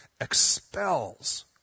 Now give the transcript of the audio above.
expels